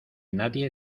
nadie